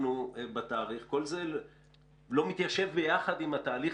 כל זה לא מתיישב יחד עם התהליך,